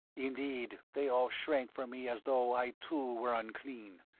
indeed, they all shrank from me as though i, too, were unclean.